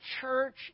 church